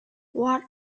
what